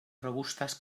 robustas